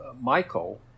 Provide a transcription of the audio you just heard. Michael